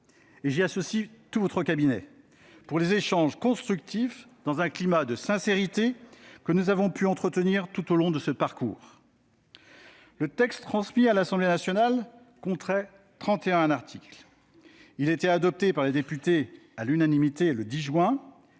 ?... ainsi que votre cabinet, pour les échanges constructifs dans un climat de sincérité que nous avons pu entretenir tout au long de ce parcours. Le texte transmis à l'Assemblée nationale comptait 31 articles. Il a été adopté par les députés à l'unanimité le 10 juin